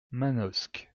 manosque